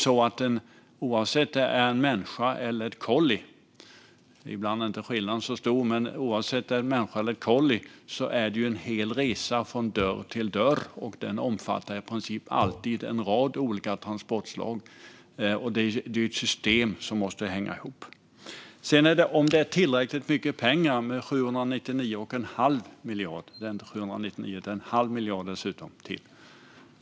Oavsett om det är en människa eller ett kolli - ibland är inte skillnaden så stor - är det en hel resa från dörr till dörr, och den omfattar i princip alltid en rad olika transportslag. Det är ett system som måste hänga ihop. Är det tillräckligt mycket pengar med 799 1⁄2 miljard? Det är alltså inte bara 799, utan en halv miljard till.